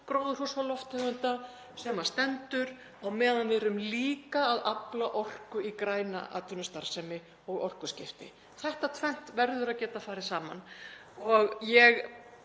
gróðurhúsalofttegunda sem stendur meðan við erum líka að afla orku í græna atvinnustarfsemi og orkuskipti. Þetta tvennt verður að geta farið saman. Ég